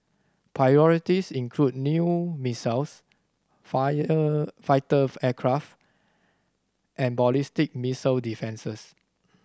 priorities include new missiles fire fighter aircraft and ballistic missile defences